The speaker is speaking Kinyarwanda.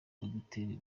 dogiteri